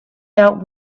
out